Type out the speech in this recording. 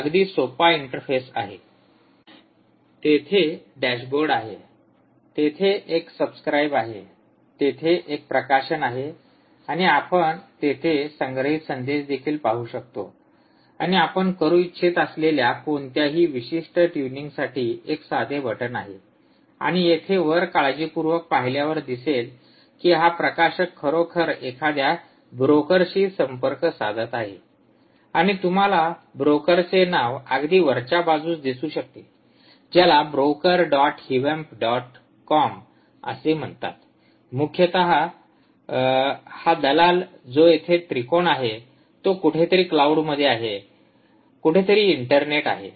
slide वेळ पहा ४९४७ तेथे डॅशबोर्ड आहे तेथे एक सबस्क्राईब आहे तेथे एक प्रकाशन आहे आणि आपण तेथे संग्रहित संदेश देखील पाहू शकतो आणि आपण करू इच्छित असलेल्या कोणत्याही विशिष्ट ट्यूनिंगसाठी एक साधे बटण आहे आणि येथे वर काळजीपूर्वक पाहिल्यावर दिसेल कि हा प्रकाशक खरोखर एखाद्या ब्रोकरशी संपर्क साधत आहे आणि तुम्हाला ब्रोकरचे नाव अगदी वरच्या बाजूस दिसू शकते ज्याला broker dot hivamp dot com असे म्हणतात मूलत हा दलाल जो येथे त्रिकोण आहे तो कुठेतरी क्लाउड मध्ये आहे कुठेतरी इंटरनेटवर आहे